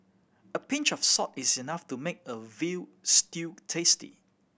a pinch of salt is enough to make a veal stew tasty